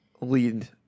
lead